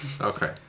Okay